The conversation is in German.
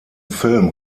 film